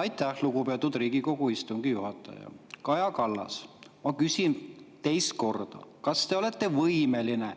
Aitäh, lugupeetud Riigikogu istungi juhataja! Kaja Kallas, ma küsin teist korda: kas te olete võimeline